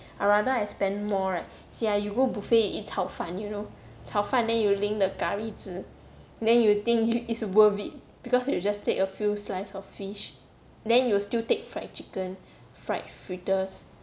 I rather I spend more right see ah you go buffet eat 炒饭 you know 炒饭 then you 淋 the curry 汁 then you think is worth it because you just take a few slice of fish then you still take fried chicken fried fritters